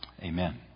Amen